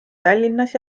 tallinnas